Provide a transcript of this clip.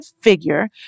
figure